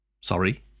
Sorry